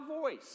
voice